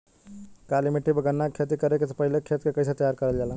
काली मिट्टी पर गन्ना के खेती करे से पहले खेत के कइसे तैयार करल जाला?